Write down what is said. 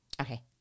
Okay